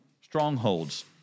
strongholds